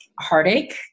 heartache